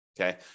okay